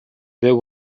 there